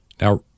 Now